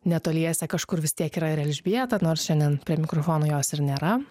netoliese kažkur vis tiek yra ir elžbieta nors šiandien prie mikrofono jos ir nėra